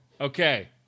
Okay